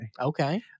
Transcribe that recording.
Okay